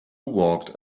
walked